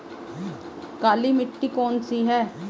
काली मिट्टी कौन सी है?